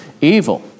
evil